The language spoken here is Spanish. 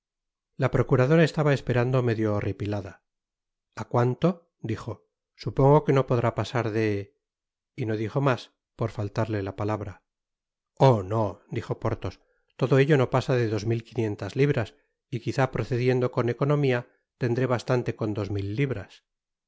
la procuradora estaba esperando medio horripilada a cuanto dijo supongo que no podrá pasar de y no dijo mas por faltarle la palabra oh no dijo porthos todo ello no pasa de dos mil quinientas libras y quizá procediendo con economia tendré bastante con dos mil libras